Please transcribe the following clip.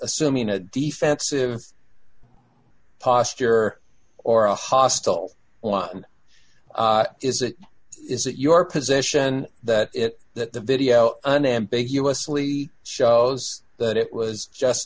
assuming a defensive posture or a hostile one is it is it your position that it that the video unambiguously shows that it was just